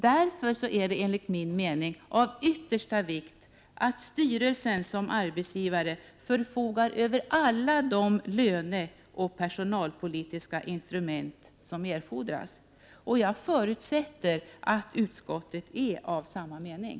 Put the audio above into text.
Därför är det enligt min mening av yttersta vikt att styrelsen som arbetsgivare förfogar över alla de löneoch personalpolitiska instrument som erfordras. Jag förutsätter att utskottet är av samma mening.